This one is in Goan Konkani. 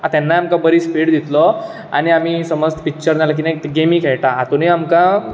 तेन्नाय आमकां बरी स्पिड दितलो आनी आमी समज पिक्चर ना जाल्यार गेमी खेळटा हातूनय आमकां